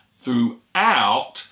throughout